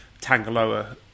Tangaloa